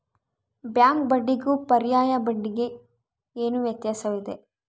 Bank ಬಡ್ಡಿಗೂ ಪರ್ಯಾಯ ಬಡ್ಡಿಗೆ ಏನು ವ್ಯತ್ಯಾಸವಿದೆ?